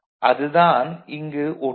அதுதான் இங்கு ஒற்றுமை